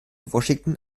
washington